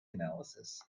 analysis